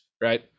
right